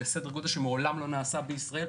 בסדר גודל שמעולם לא נעשה בישראל.